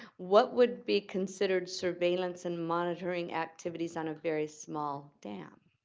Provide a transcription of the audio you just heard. what would be considered surveillance and monitoring activities on a very small dam?